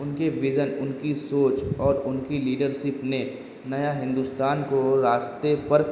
ان کے وژن ان کی سوچ اور ان کی لیڈرشپ نے نیا ہندوستان کو راستے پر